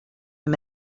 him